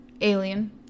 alien